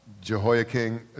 Jehoiakim